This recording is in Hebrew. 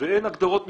ואין הגדרות מקצועיות,